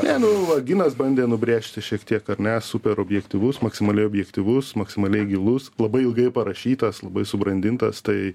ne nuo va ginas bandė nubrėžti šiek tiek ar ne super objektyvus maksimaliai objektyvus maksimaliai gilus labai ilgai parašytas subrandintas tai